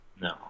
no